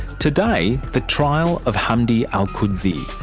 today, the trial of hamdi alqudsi.